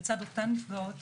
לצד אותן נפגעות,